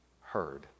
heard